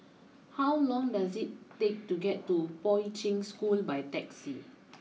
how long does it take to get to Poi Ching School by taxi